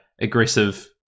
aggressive